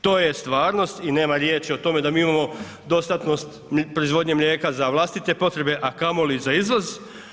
To je stvarnost i nema riječi o tome da mi imamo dostatnost proizvodnje mlijeka za vlastite potrebe, a kamoli za izvoz.